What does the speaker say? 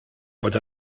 bod